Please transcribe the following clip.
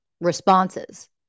responses